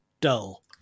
dull